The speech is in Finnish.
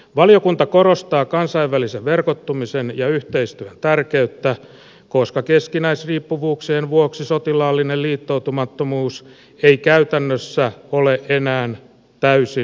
valiokunta korostaa kansainvälisen verkottumisen ja yhteistyön tärkeyttä koska keskinäisriippuvuuksien vuoksi sotilaallinen liittoutumattomuus ei käytännössä ole enää täysin mahdollista